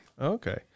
Okay